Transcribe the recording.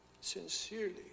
sincerely